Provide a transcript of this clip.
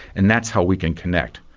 and that's how we can connect.